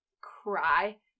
cry